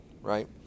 right